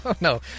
no